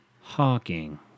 Hawking